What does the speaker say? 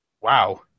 Wow